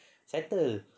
settle